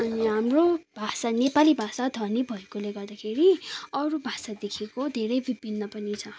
अनि हाम्रो भाषा नेपाली भाषा धनी भएकोले गर्दाखेरि अरू भाषादेखिको धेरै विभिन्न पनि छ